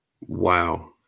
Wow